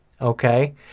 okay